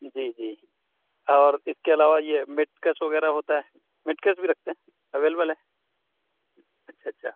جی جی اور اس کے علاوہ یہ میٹ کس وغیرہ ہوتا ہے میٹ کس بھی رکھتے ہیں اویلیبل ہے اچھا اچھا